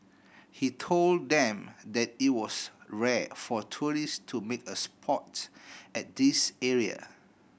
he told them that it was rare for tourist to make a spot at this area